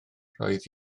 roedd